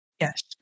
Yes